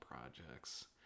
projects